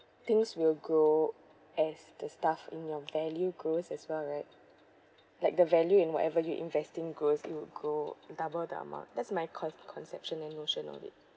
things will grow as the stuff in your value grows as well right like the value in whatever you investing grows it will grow double the amount that's my con~ conception and notion of it